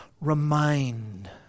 remind